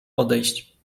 odejść